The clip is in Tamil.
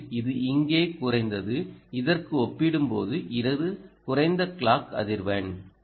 உண்மையில் இது இங்கே குறைந்தது இதற்கு ஒப்பிடும் போது இது குறைந்த க்ளாக் அதிர்வெண்